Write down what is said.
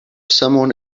someone